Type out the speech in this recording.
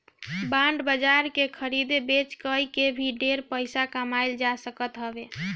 bond बाजार के खरीद बेच कई के भी ढेर पईसा कमाईल जा सकत हवे